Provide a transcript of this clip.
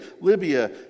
Libya